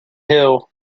hill